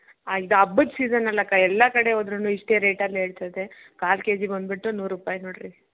ಇದು ಹಬ್ಬದ ಸೀಸನಲ್ಲ ಅಕ್ಕ ಎಲ್ಲ ಕಡೆ ಹೋದರೂನು ಇಷ್ಟೇ ರೇಟಲ್ಲಿ ಹೇಳ್ತದೆ ಕಾಲು ಕೆಜಿ ಬಂದುಬಿಟ್ಟು ನೂರು ರೂಪಾಯಿ ನೋಡಿರಿ